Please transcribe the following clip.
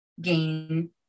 gain